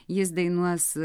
jis dainuos